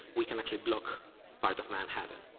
we can actually block part of manhattan.